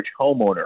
homeowner